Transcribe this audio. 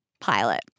pilot